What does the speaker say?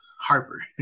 Harper